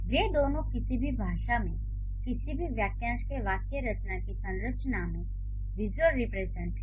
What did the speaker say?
वे दोनों किसी भी भाषा में किसी भी वाक्यांश के वाक्य रचना की संरचना के विसुअल रीप्रेज़न्टैशन हैं